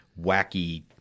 wacky